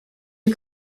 you